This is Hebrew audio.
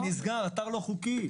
אתר לא חוקי.